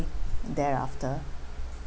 thereafter